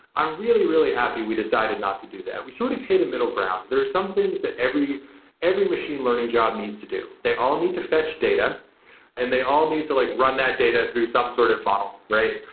i'm really, really happy we decided not to do that. we sort of hit a middle ground. there are some things that every every machine learning job needs to do. they all need to fetch data and they all need to like run that data through some sort of funnel, right?